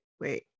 wait